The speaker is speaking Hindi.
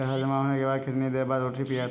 पैसा जमा होने के कितनी देर बाद ओ.टी.पी आता है?